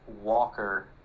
Walker